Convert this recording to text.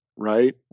right